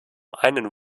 einen